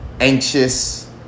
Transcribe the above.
anxious